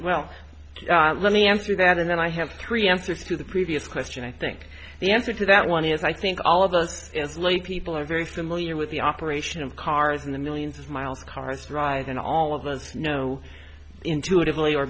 well let me answer that and then i have three answers to the previous question i think the answer to that one is i think all of those lay people are very familiar with the operation of cars in the millions of miles cars drive and all of us know intuitively or